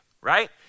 right